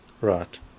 Right